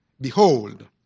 Behold